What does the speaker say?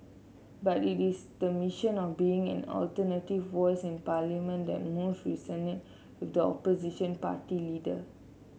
but it is the mission of being an alternative voice in Parliament that most resonate with the opposition party leader